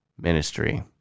ministry